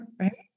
right